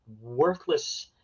worthless